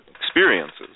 Experiences